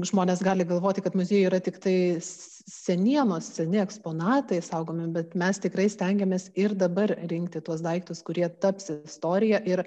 žmonės gali galvoti kad muziejuje yra tiktai senienos seni eksponatai saugomi bet mes tikrai stengiamės ir dabar rinkti tuos daiktus kurie taps istorija ir